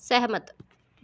सैह्मत